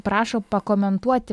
prašo pakomentuoti